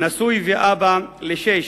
נשוי ואב לשישה,